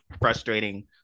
frustrating